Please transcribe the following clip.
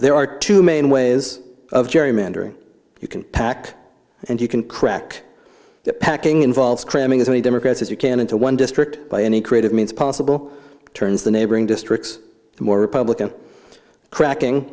there are two main ways of gerrymandering you can pack and you can crack that packing involves cramming as many democrats as you can into one district by any creative means possible turns the neighboring districts more republican cracking